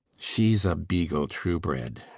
she's a beagle, true-bred,